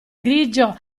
grigio